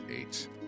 eight